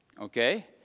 Okay